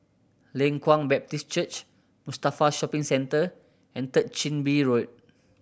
Leng Kwang Baptist Church Mustafa Shopping Centre and Third Chin Bee Road